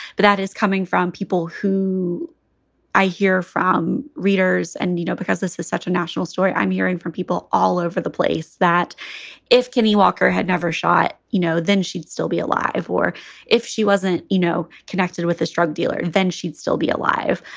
but that is coming from people who i hear from readers and, you know, because this is such a national story, i'm hearing from people all over the place that if kenny walker had never shot, you know, then she'd still be alive. or if she wasn't, you know, connected with a drug dealer, then she'd still be alive